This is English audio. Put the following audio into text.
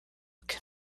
can